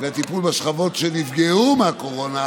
והטיפול בשכבות שנפגעו מהקורונה,